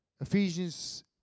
Ephesians